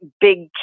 big